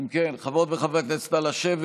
אם כן, חברות וחברי הכנסת, נא לשבת.